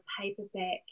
paperback